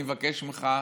אני מבקש ממך,